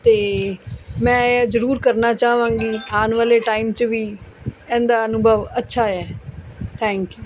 ਅਤੇ ਮੈਂ ਜ਼ਰੂਰ ਕਰਨਾ ਚਾਹਵਾਂਗੀ ਆਉਣ ਵਾਲੇ ਟਾਈਮ 'ਚ ਵੀ ਇਹਦਾ ਅਨੁਭਵ ਅੱਛਾ ਹੈ ਥੈਂਕ ਯੂ